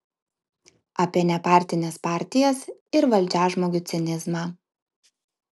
apie nepartines partijas ir valdžiažmogių cinizmą